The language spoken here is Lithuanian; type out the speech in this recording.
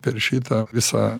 per šitą visą